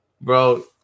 Bro